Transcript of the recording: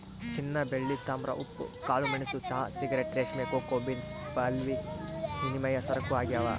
ಚಿನ್ನಬೆಳ್ಳಿ ತಾಮ್ರ ಉಪ್ಪು ಕಾಳುಮೆಣಸು ಚಹಾ ಸಿಗರೇಟ್ ರೇಷ್ಮೆ ಕೋಕೋ ಬೀನ್ಸ್ ಬಾರ್ಲಿವಿನಿಮಯ ಸರಕು ಆಗ್ಯಾವ